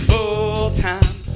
Full-time